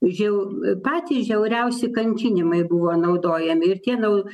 žiau patys žiauriausi kankinimai buvo naudojami ir tie nau